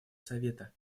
совета